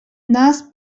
нас